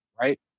Right